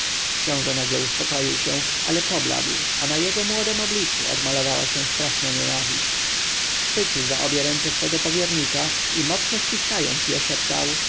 książę nagle uspokoił się ale pobladł a na jego młodem obliczu odmalowała się straszna nienawiść schwycił za obie ręce swego powiernika i mocno ściskając je szeptał